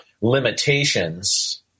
limitations